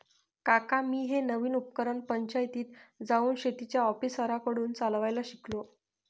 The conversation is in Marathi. काका मी हे नवीन उपकरण पंचायतीत जाऊन शेतीच्या ऑफिसरांकडून चालवायला शिकलो